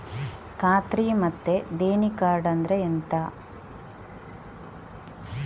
ಖಾತ್ರಿ ಮತ್ತೆ ದೇಣಿ ಕಾರ್ಡ್ ಅಂದ್ರೆ ಎಂತ?